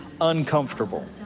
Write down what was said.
uncomfortable